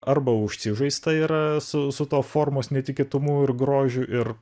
arba užsižaista yra su su tuo formos netikėtumu ir grožiu ir